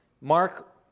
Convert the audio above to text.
Mark